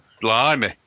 Blimey